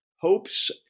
hopes